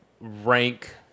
rank